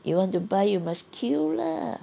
you want to buy you must queue lah